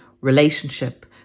relationship